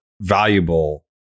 valuable